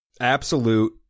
Absolute